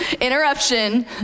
Interruption